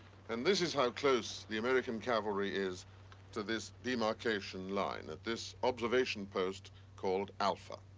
and this is how close the american cavalry is to this demarcation line at this observation post called alpha.